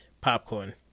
popcorn